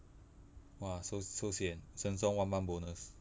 !wah! so so sian sheng siong one month bonus